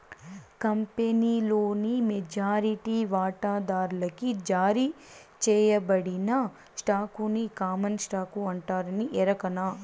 కంపినీలోని మెజారిటీ వాటాదార్లకి జారీ సేయబడిన స్టాకుని కామన్ స్టాకు అంటారని ఎరకనా